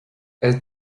elle